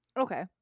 Okay